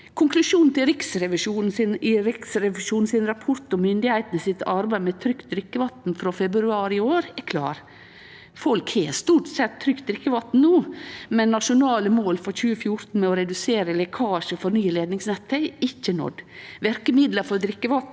Konklusjonen i Riksrevisjonens rapport om myndigheitene sitt arbeid med trygt drikkevatn, frå februar i år, er klar: – Folk har stort sett trygt drikkevatn no, men nasjonale mål frå 2014 om å redusere lekkasjar og fornye leidningsnettet er ikkje nådd. – Verkemidla for drikkevatn